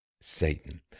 satan